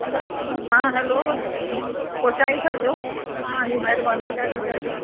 बसि हा हलो बसि पोहचाई छॾिजो तव्हांजी महिरबानी ॾाढी ॾाढी